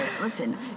listen